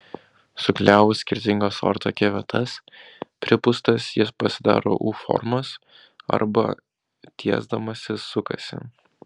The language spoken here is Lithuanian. suklijavus skirtingas ortakio vietas pripūstas jis pasidaro u formos arba tiesdamasis sukasi